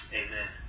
amen